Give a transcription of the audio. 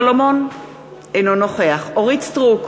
אינו נוכח אורית סטרוק,